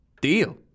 Deal